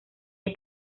hay